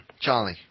Charlie